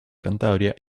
cantabria